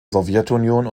sowjetunion